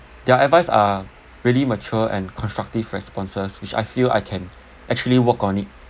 their advice are really mature and constructive responses which I feel I can actually work on it